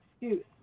excuse